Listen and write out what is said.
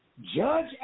Judge